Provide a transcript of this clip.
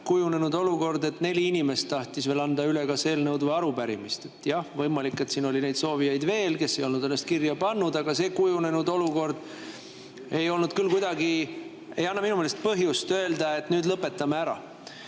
kujunenud olukord, kus neli inimest tahtsid veel anda üle kas eelnõu või arupärimist. Võimalik, et siin oli neid soovijaid veel, kes ei olnud ennast kirja pannud. Aga see kujunenud olukord ei anna minu meelest kuidagi põhjust öelda, et nüüd lõpetame ära.